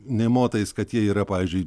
nė motais kad jie yra pavyzdžiui